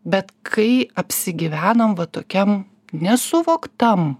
bet kai apsigyvenom va tokiam nesuvoktam